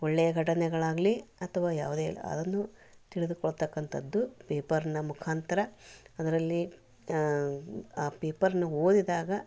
ಒಳ್ಳೆಯ ಘಟನೆಗಳಾಗಲಿ ಅಥವಾ ಯಾವುದೇ ಅದನ್ನು ತಿಳಿದುಕೊಳ್ಳತಕ್ಕಂಥದ್ದು ಪೇಪರ್ನ ಮುಖಾಂತರ ಅದರಲ್ಲಿ ಆ ಪೇಪರ್ನ ಓದಿದಾಗ